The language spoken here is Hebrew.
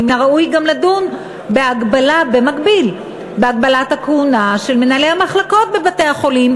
מן הראוי גם לדון במקביל בהגבלת הכהונה של מנהלי המחלקות בבתי-החולים,